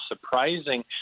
surprising